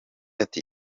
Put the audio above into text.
ati